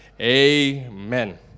Amen